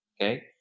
okay